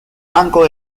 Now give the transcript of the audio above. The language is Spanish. banco